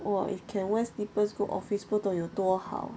!wah! if can wear slippers go office 不懂有多好